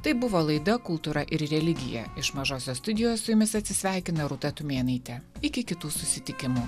tai buvo laida kultūra ir religija iš mažosios studijos su jumis atsisveikina rūta tumėnaitė iki kitų susitikimų